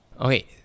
Okay